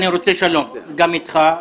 אני רוצה שלום גם איתך,